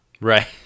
Right